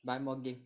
buy more game